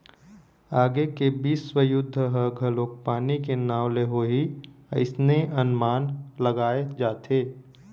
आगे के बिस्व युद्ध ह घलोक पानी के नांव ले होही अइसने अनमान लगाय जाथे